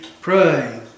pray